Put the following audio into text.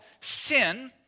sin